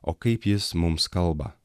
o kaip jis mums kalba